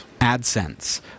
AdSense